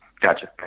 Gotcha